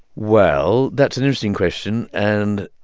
well, that's an interesting question and,